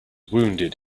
wounded